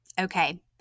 Okay